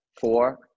four